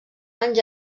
anys